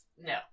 No